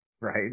right